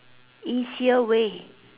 easier way